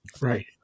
Right